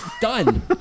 done